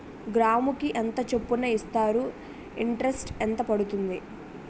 గ్రాముకి ఎంత చప్పున ఇస్తారు? ఇంటరెస్ట్ ఎంత పడుతుంది?